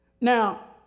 Now